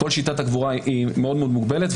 כל שיטת הקבורה מאוד מאוד מוגבלת.